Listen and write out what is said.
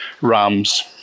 rums